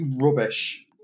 rubbish